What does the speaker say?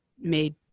made